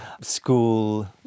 school